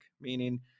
Meaning